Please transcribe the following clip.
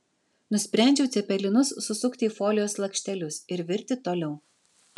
nusprendžiau cepelinus susukti į folijos lakštelius ir virti toliau